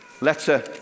letter